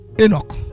Enoch